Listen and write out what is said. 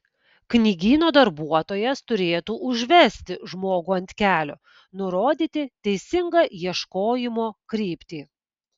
knygyno darbuotojas turėtų užvesti žmogų ant kelio nurodyti teisingą ieškojimo kryptį